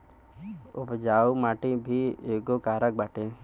उपजाऊ माटी भी एगो कारक बाटे